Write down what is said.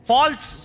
False